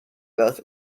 both